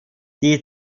die